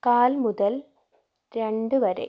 കാൽ മുതൽ രണ്ട് വരെ